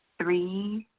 three,